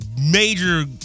major